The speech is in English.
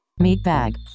Meatbag